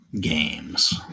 games